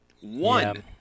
One